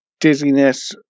dizziness